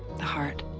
the heart